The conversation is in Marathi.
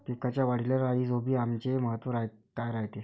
पिकाच्या वाढीले राईझोबीआमचे महत्व काय रायते?